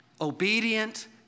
obedient